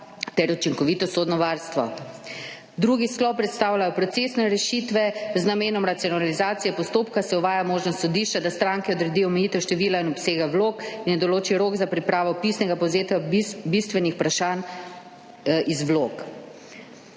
ter učinkovito sodno varstvo. Drugi sklop predstavlja procesne rešitve. Z namenom racionalizacije postopka se uvaja možnost sodišča, da stranki odredi omejitev števila in obsega vlog in ji določi rok za pripravo pisnega povzetja bistvenih vprašanj iz vlog.